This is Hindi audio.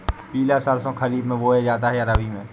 पिला सरसो खरीफ में बोया जाता है या रबी में?